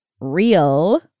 real